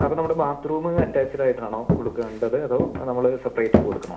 അപ്പം നമ്മുടെ bathroom attached ആയിട്ടാണോ കൊടുക്കേണ്ടത് അതോ നമ്മൾ സെപ്പറേറ്റ് കൊടുക്കണോ